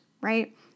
right